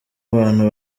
abantu